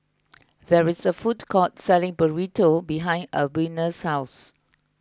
there is a food court selling Burrito behind Albina's house